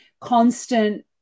constant